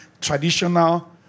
traditional